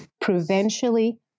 provincially